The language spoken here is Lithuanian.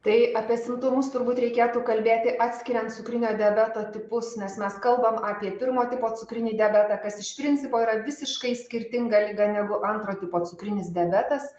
tai apie simptomus turbūt reikėtų kalbėti atskiriant cukrinio diabeto tipus nes mes kalbam apie pirmo tipo cukrinį diabetą kas iš principo yra visiškai skirtinga liga negu antro tipo cukrinis diabetas